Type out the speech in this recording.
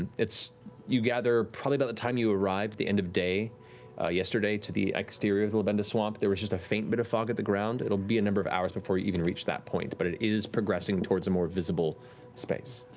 you gather probably about the time you arrived at the end of day yesterday to the exterior of the labenda swamp, there was just a faint bit of fog at the ground. it will be a number of hours before you even reach that point, but it is progressing towards a more visible space.